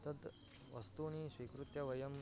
तद्वस्तूनि स्वीकृत्य वयं